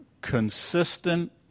consistent